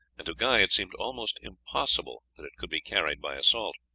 and to guy it seemed almost impossible that it could be carried by assault,